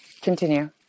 Continue